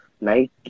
night